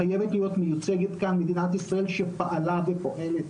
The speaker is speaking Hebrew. חייבת להיות מיוצגת כאן מדינת ישראל שפעלה ופעולת